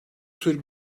tür